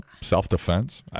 self-defense